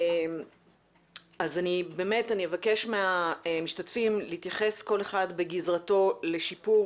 אז אני אבקש מהמשתתפים להתייחס כל אחד בגזרתו לשיפור